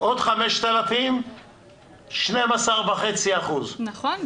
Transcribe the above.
--- עוד 5,000 12.5%. נכון,